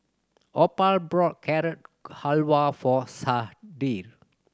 Opal bought Carrot Halwa for Sharde